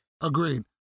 Agreed